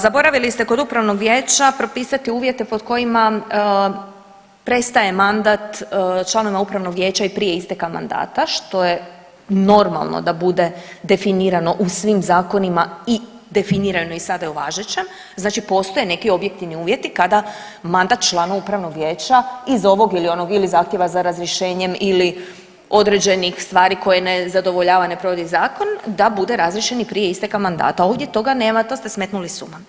Zaboravili ste kod upravnog vijeća propisati uvjete pod kojima prestaje mandat članovima upravnog vijeća i prije isteka mandata što je normalno da bude definirano u svim zakonima i definirano je sada i u važećem, znači postoje neki objektivni uvjeti kada mandat člana upravnog vijeća ili iz ovog ili onog ili zahtjeva za razrješenjem ili određenih stvari koje ne zadovoljava ne provodi zakon da bude razriješen i prije isteka mandata, ovdje toga nema to ste smetnuli s uma.